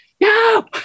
no